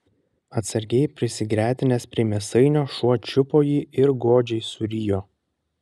atsargiai prisigretinęs prie mėsainio šuo čiupo jį ir godžiai surijo